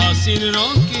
seen at um